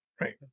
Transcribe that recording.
Right